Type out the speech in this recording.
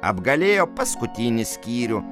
apgalėjo paskutinį skyrių